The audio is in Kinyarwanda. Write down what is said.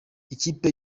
ikipe